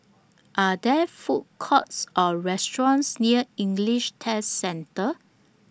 Are There Food Courts Or restaurants near English Test Centre